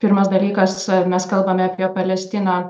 pirmas dalykas mes kalbame apie palestiną